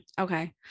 Okay